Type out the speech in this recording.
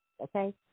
okay